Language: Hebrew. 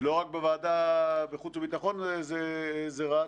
ולא רק בוועדת חוץ וביטחון זה רץ,